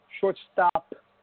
Shortstop